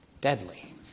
deadly